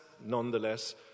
nonetheless